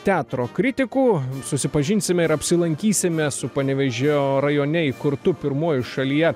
teatro kritikų susipažinsime ir apsilankysime su panevėžio rajone įkurtu pirmuoju šalyje